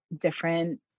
different